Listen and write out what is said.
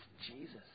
Jesus